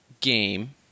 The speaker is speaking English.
game